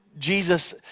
Jesus